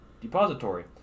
Depository